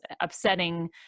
upsetting